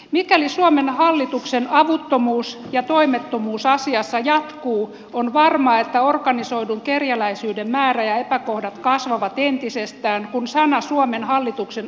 mikäli suomen hallituksen avuttomuus ja toimettomuus asiassa jatkuu on varmaa että organisoidun kerjäläisyyden määrä ja epäkohdat kasvavat entisestään kun sana suomen hallituksen avuttomuudesta leviää